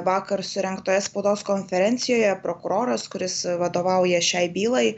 vakar surengtoje spaudos konferencijoje prokuroras kuris vadovauja šiai bylai